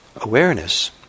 awareness